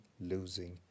losing